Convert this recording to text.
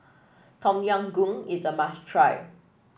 Tom Yam Goong is a must try